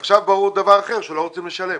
ברור אבל עכשיו ברור דבר אחר והוא שלא רוצים לשלם.